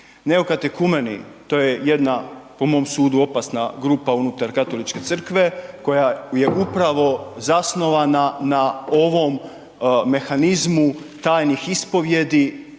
Neokatekumeni, to je jedna, po mom sudu opasna grupa unutar Katoličke Crkve koja je upravo zasnovana na ovom mehanizmu tajnih ispovijedi